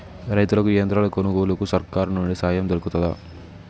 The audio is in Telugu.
రైతులకి యంత్రాలు కొనుగోలుకు సర్కారు నుండి సాయం దొరుకుతదా?